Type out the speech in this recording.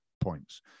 points